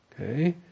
Okay